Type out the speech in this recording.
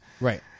Right